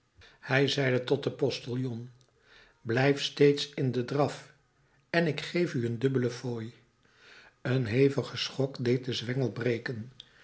hij zeide tot den postillon blijf steeds in den draf en ik geef u een dubbele fooi een hevige schok deed den zwengel breken